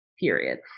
period